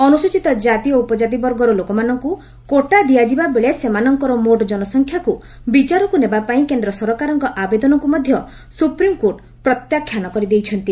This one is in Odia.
ଅନୁସ୍ଚିତ କାତି ଓ ଉପକାତି ବର୍ଗର ଲୋକମାନଙ୍କୁ କୋଟା ଦିଆଯିବାବେଳେ ସେମାନଙ୍କର ମୋଟ ଜନସଂଖ୍ୟାକୁ ବିଚାରକୁ ନେବାପାଇଁ କେନ୍ଦ୍ର ସରକାରଙ୍କ ଆବେଦନକୁ ମଧ୍ୟ ସୁପ୍ରିମ୍କୋର୍ଟ ପ୍ରତ୍ୟାଖ୍ୟାନ କରିଦେଇଛନ୍ତି